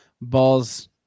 balls